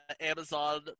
Amazon